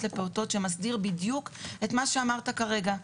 לפעוטות שמסדיר בדיוק את מה שאמרת כרגע.